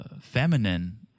feminine